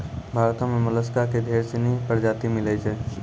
भारतो में मोलसका के ढेर सिनी परजाती मिलै छै